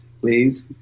Please